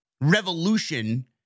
revolution